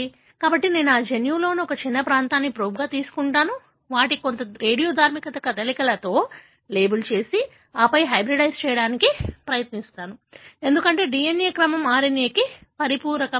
కాబట్టి నేను ఆ జన్యువులోని ఒక చిన్న ప్రాంతాన్ని ప్రోబ్గా తీసుకుంటాను వాటిని కొన్ని రేడియోధార్మిక కదలికలతో లేబుల్ చేసి ఆపై హైబ్రిడైజ్ చేయడానికి ప్రయత్నిస్తాను ఎందుకంటే DNA క్రమం RNA కి పరిపూరకరమైనది